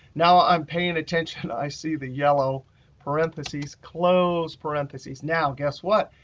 now i'm paying attention, i see the yellow parentheses, close parentheses. now, guess what?